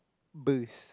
burst